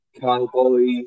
Cowboys